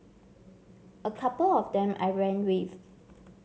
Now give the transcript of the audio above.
a couple of them I ran with